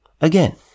Again